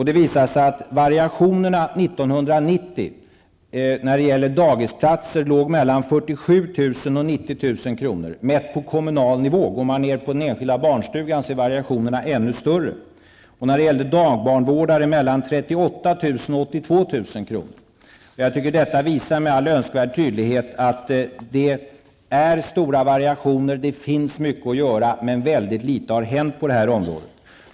Det visade sig att variationerna år 1990 och 90 000 kr. Men på den kommunala nivån, i den enskilda barnstugan, var variationerna ännu större. När det gällde dagbarnvårdare var variationen mellan 38 000 och 82 000 kr. Detta visar med all önskvärd tydlighet att det är stora variationer och att det finns mycket att göra men att väldigt litet har hänt på det här området.